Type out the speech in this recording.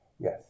yes